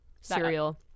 Cereal